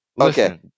okay